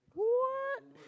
what